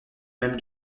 même